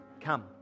Come